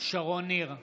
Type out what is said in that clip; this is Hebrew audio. שרון ניר,